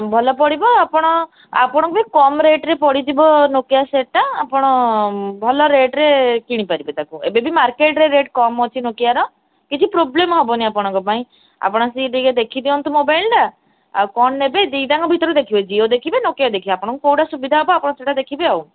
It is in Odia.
ଭଲ ପଡ଼ିବ ଆପଣ ଆପଣଙ୍କୁ କମ ରେଟ୍ ରେ ପଡ଼ିଯିବ ନୋକିଆ ସେଟ୍ଟା ଆପଣ ଭଲ ରେଟ୍ ରେ କିଣିପାରିବେ ତାକୁ ଏବେବି ମାର୍କେଟ୍ରେ ରେଟ୍ କମ ଅଛି ନୋକିଆର କିଛି ପ୍ରୋବ୍ଲେମ୍ ହେବନି ଆପଣଙ୍କ ପାଇଁ ଆପଣ ଆସିକି ଟିକେ ଦେଖିଦିଅନ୍ତୁ ମୋବାଇଲ୍ଟା ଆଉ କଣ ନେବେ ଦୁଇଟାଙ୍କ ଭିତରୁ ଦେଖିବେ ଜିଓ ଦେଖିବେ ନୋକିଆ ଦେଖିବେ ଆପଣଙ୍କୁ କୋଉଟା ସୁବିଧା ହେବ ଆପଣ ସେଇଟା ଦେଖିବେ ଆଉ